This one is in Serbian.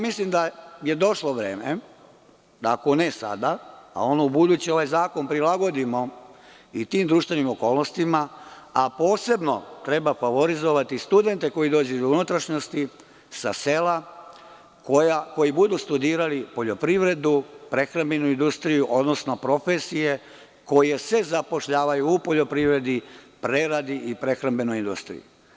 Mislim da je došlo vreme, ako ne sada, a ono ubuduće ovaj zakon da prilagodimo i tim društvenim okolnostima, a posebno treba favorizovati studente koji dođu iz unutrašnjosti sa sela, koji budu studirali poljoprivredu, prehrambenu industriju, odnosno profesije koje se zapošljavaju u poljoprivredi, preradi i prehrambenoj industriji.